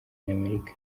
n’amerika